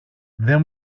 δεν